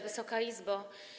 Wysoka Izbo!